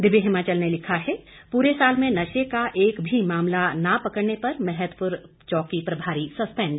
दिव्य हिमाचल ने लिखा है पूरे साल में नशे का एक भी मामला न पकड़ने पर मैहतपुर चौकी प्रभारी सस्पैंड